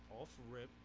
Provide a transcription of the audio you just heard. off-rip